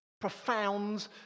profound